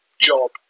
job